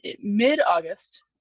mid-August